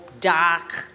dark